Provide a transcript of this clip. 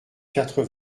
quatre